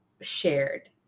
shared